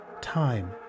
time